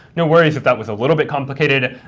no worries if that was a little bit complicated.